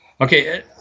Okay